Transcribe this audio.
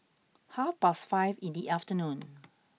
half past five in the afternoon